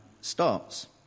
starts